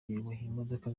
imodoka